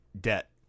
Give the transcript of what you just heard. debt